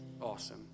Awesome